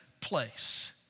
place